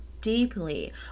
deeply